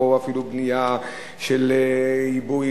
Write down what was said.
או אפילו בנייה של עיבוי,